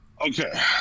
Okay